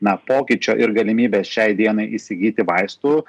na pokyčio ir galimybės šiai dienai įsigyti vaistų